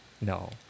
No